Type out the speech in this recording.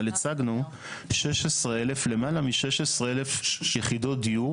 אבל השגנו למעלה מ-16,000 יחידות דיור